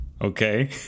okay